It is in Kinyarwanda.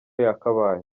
yakabaye